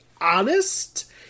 honest